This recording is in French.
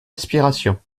inspiration